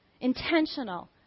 intentional